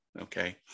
Okay